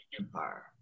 empire